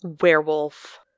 werewolf